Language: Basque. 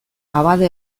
abade